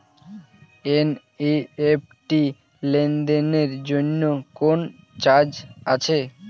NEFT লেনদেনের জন্য কোন চার্জ আছে?